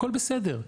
הכל בסדר,